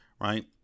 right